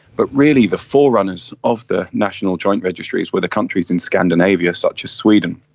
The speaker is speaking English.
but really the forerunners of the national joint registries were the countries in scandinavia such as sweden,